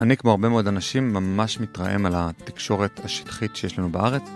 אני כמו הרבה מאוד אנשים ממש מתרעם על התקשורת השטחית שיש לנו בארץ.